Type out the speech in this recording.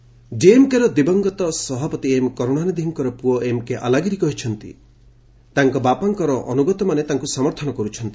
TN Alagiri DMK ର ଦିବଙ୍ଗତ ସଭାପତି ଏମ୍ କରୁଣାନିଧିଙ୍କର ପୁଅ ଏମ୍କେ ଆଲାଗିରି କହିଛନ୍ତି ତାଙ୍କ ବାପାଙ୍କର ଅନ୍ରଗତମାନେ ତାଙ୍କ ସମର୍ଥନ କରୁଛନ୍ତି